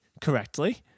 correctly